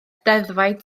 deddfau